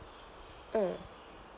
mm